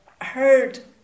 heard